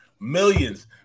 Millions